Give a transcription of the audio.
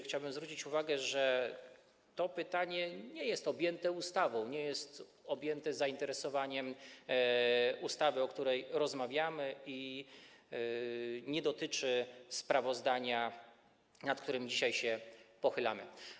Chciałbym zwrócić uwagę, że to pytanie nie jest objęte zakresem zainteresowania ustawy, o której rozmawiamy, i nie dotyczy sprawozdania, nad którym dzisiaj się pochylamy.